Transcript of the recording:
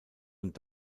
und